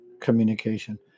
communication